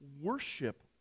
worship